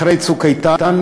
אחרי "צוק איתן",